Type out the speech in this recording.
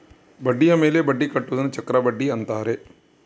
ಬಡ್ಡಿಯ ಮೇಲೆ ಬಡ್ಡಿ ಕಟ್ಟುವುದನ್ನ ಚಕ್ರಬಡ್ಡಿ ಅಂತಾರೆ